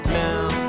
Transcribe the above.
town